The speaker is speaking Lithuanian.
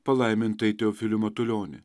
palaimintąjį teofilių matulionį